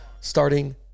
starting